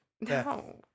No